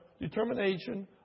determination